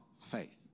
faith